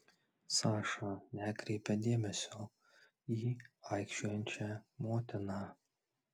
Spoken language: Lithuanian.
saša nekreipė dėmesio į aikčiojančią motiną